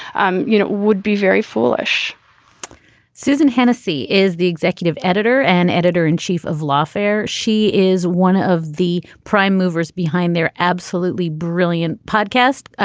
um you know, it would be very foolish susan hennessey is the executive editor and editor in chief of lawfare. she is one of the prime movers behind their absolutely brilliant podcast,